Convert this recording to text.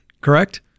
correct